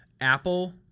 apple